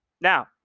Now